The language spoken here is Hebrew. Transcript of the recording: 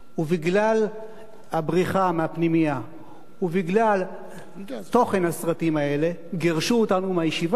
ובגלל הבריחה מהפנימייה ובגלל תוכן הסרטים האלה גירשו אותנו מהישיבה,